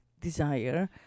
desire